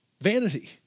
vanity